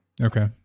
Okay